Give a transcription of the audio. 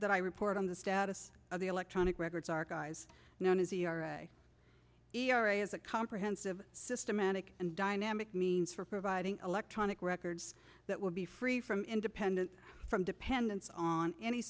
that i report on the status of the electronic records archives known as e r e r a as a comprehensive systematic and dynamic means for providing electronic records that will be free from independent from dependence on any